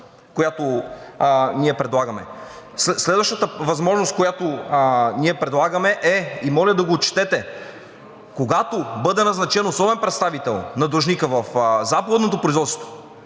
която ние предлагаме. Следващата възможност, която предлагаме, и моля да го отчетете, когато бъде назначен особен представител на длъжника в заповедното производство